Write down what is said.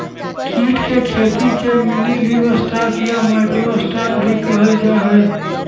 कीट के खेती के मिनीलिवस्टॉक या माइक्रो स्टॉक भी कहल जाहई